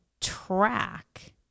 track